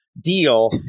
deal